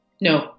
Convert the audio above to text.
No